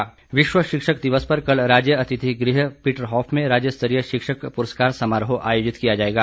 शिक्षक दिवस विश्व शिक्षक दिवस पर कल राज्य अतिथिगृह पीटरहॉफ में राज्य स्तरीय शिक्षक पुरस्कार समारोह आायेजित किया जाएगा